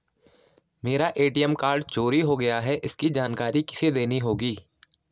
मेरा ATM card चोरी हो गया है इसकी जानकारी किसे देनी होगी?